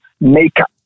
makeup